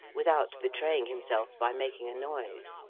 without betraying himself by making a noise.